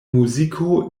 muziko